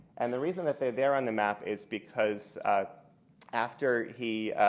and the reason that they're there on the map is because after he